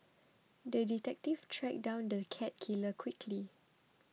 the detective tracked down the cat killer quickly